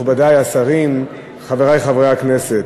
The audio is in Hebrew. מכובדי השרים, חברי חברי הכנסת,